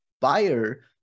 buyer